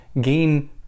gain